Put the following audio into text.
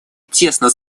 тесно